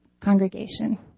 congregation